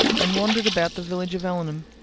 and wandered about the village of allenham,